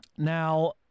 Now